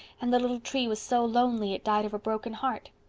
and the little tree was so lonely it died of a broken heart.